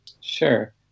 Sure